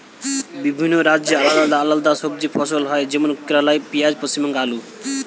বিভিন্ন রাজ্যে আলদা আলদা সবজি ফসল হয় যেমন কেরালাই পিঁয়াজ, পশ্চিমবঙ্গে আলু